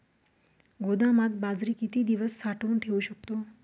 गोदामात बाजरी किती दिवस साठवून ठेवू शकतो?